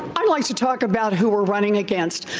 i'd like to talk about who we're running against.